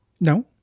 No